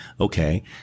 Okay